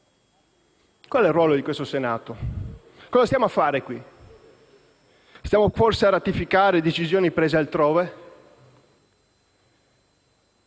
Qual è il ruolo di questo Senato? Cosa stiamo a fare qui? Stiamo forse a ratificare decisioni prese altrove?